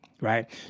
Right